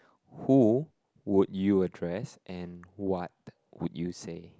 who would you address and what would you say